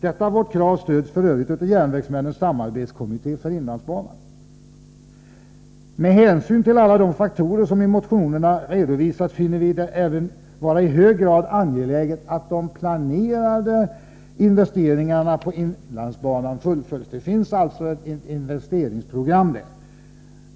Detta vårt krav stöds f. ö. av Järnvägsmännens samarbetskommitté för inlandsbanan. Med hänsyn till alla de faktorer som i motionerna redovisats finner vi det även vara i hög grad angeläget att de planerade investeringarna på inlandsbanan fullföljs; det finns alltså ett investeringsprogram där.